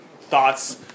thoughts